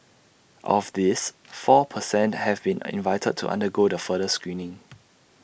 of these four per cent have been an invited to undergo the further screening